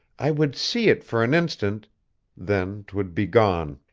i would see it for an instant then twould be gone.